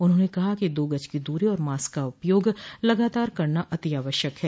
उन्होंने कहा कि दो गज की दूरी और मास्क का उपयोग लगातार करना अति आवश्यक है